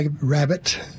rabbit